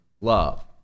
love